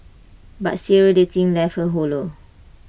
but serial dating left her hollow